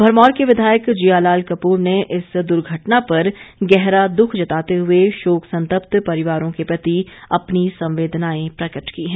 भरमौर के विधायक जियालाल कपूर ने इस दुर्घटना पर गहरा दुख जताते हुए शोक संतप्त परिवारों के प्रति अपनी संवेदनाएं प्रकट की हैं